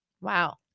Wow